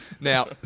Now